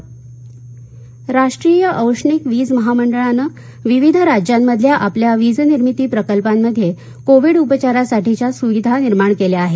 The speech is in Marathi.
एनटिपीसी राष्ट्रीय औष्णिक वीज महामंडळानं विविध राज्यांमधल्या आपल्या वीज निर्मिती प्रकल्पांमध्ये कोविड उपचारासाठीच्या सुविधा निर्माण केल्या आहेत